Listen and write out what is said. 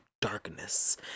darkness